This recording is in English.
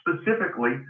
specifically